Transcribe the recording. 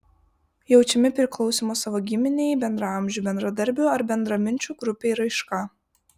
jaučiami priklausymo savo giminei bendraamžių bendradarbių ar bendraminčių grupei raiška